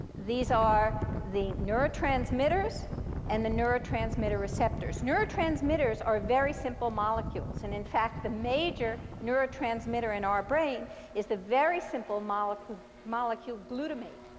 these are the neurotransmitters and the neurotransmitter receptors. neurotransmitters are very simple molecules. and in fact, the major neurotransmitter in our brain is the very simple molecule glutamate.